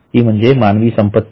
ती म्हणजे मानवी संपत्ती